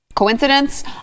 Coincidence